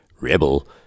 rebel